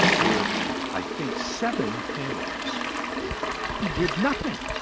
were the i think seven families who did nothing